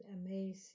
amazing